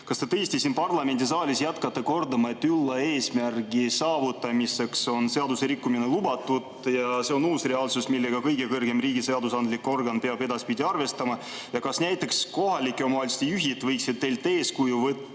Kas te tõesti siin parlamendisaalis jätkate kordamist, et ülla eesmärgi saavutamiseks on seaduserikkumine lubatud ja see on uus reaalsus, millega kõige kõrgem riigi seadusandlik organ peab edaspidi arvestama? Ja kas näiteks kohalike omavalitsuste juhid võiksid teilt eeskuju võtta